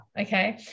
okay